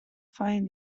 find